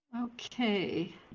okay